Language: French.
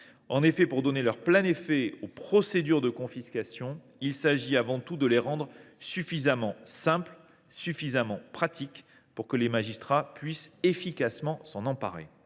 En effet, pour donner leur plein effet aux procédures de confiscation, il convient avant tout de les rendre suffisamment simples et suffisamment pratiques pour que les magistrats puissent efficacement s’en emparer.